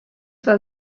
war